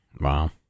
Wow